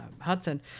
Hudson